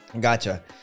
gotcha